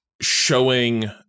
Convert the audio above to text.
showing